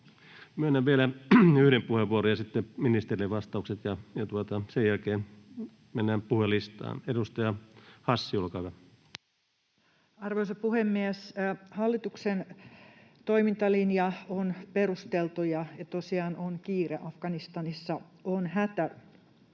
Myönnän vielä yhden puheenvuoron, ja sitten ministerille vastaukset, ja sen jälkeen mennään puhujalistaan. — Edustaja Hassi, olkaa hyvä. Arvoisa puhemies! Hallituksen toimintalinja on perusteltu, ja tosiaan on kiire. Afganistanissa on hätä.